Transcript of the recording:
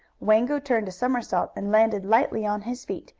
wango turned a somersault, and landed lightly on his feet,